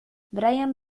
brian